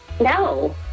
No